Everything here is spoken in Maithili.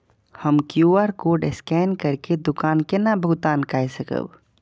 हम क्यू.आर कोड स्कैन करके दुकान केना भुगतान काय सकब?